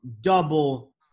double